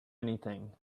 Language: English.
anything